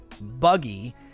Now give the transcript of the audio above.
buggy